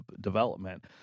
development